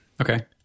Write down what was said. Okay